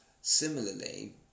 similarly